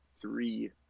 three